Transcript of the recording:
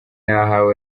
ahawe